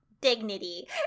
dignity